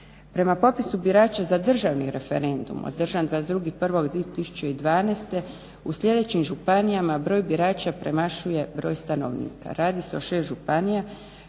Prema popisu birača za državni referendum održan 22.1.2012. u sljedećim županijama broj birača premašuje broj stanovnika. Radi se o šest županija.